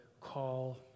call